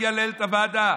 הגיע לנהל את הוועדה.